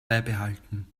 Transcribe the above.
beibehalten